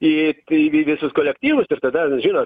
į į visus kolektyvus ir tada žinot